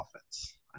offense